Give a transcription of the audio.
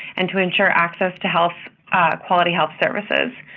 and to ensure access to health quality health services.